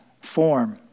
form